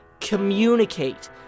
communicate